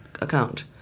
account